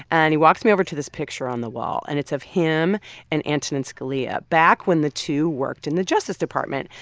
and he walks me over to this picture on the wall, and it's of him and antonin scalia back when the two worked in the justice department.